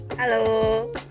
Hello